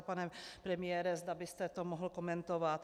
Pane premiére, zda byste to mohl komentovat.